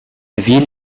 ville